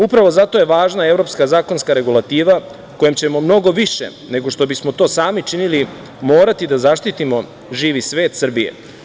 Upravo zato je važna evropska zakonska regulativa kojom ćemo mnogo više nego što bismo to sami činili morati da zaštitimo živi svet Srbije.